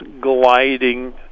gliding